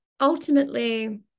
ultimately